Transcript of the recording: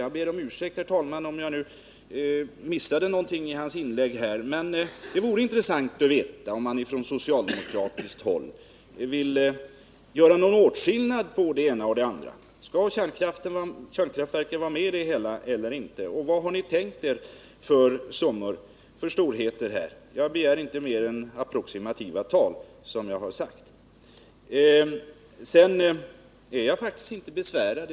Jag ber om ursäkt, herr talman, om jag missade något i hans inlägg, men det vore intressant att veta om man från socialdemokratiskt håll vill göra någon åtskillnad mellan det ena och det andra. Skall kärnkraftverken vara med i det hela eller inte, och vilka summor har ni tänkt er — jag begär inte mer än approximativa tal. Sedan är jag faktiskt inte besvärad.